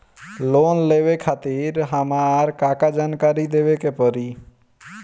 Loan लेवे खातिर हमार का का जानकारी देवे के पड़ी?